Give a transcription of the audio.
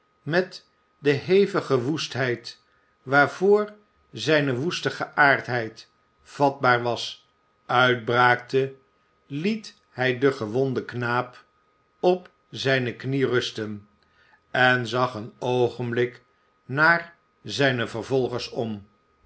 met de hevige woestheid waarvoor zijne woeste geaardheid vatbaar was uitbraakte liet hij den gewonden knaap op zijne knie rusten en zag een oogenblik naar zijne vervolgers om